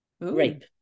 Rape